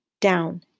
down